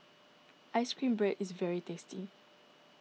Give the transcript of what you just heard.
Ice Cream Bread is very tasty